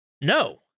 no